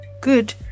good